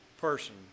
person